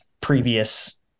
previous